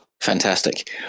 Fantastic